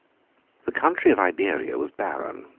the country of iberia was barren,